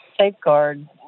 safeguard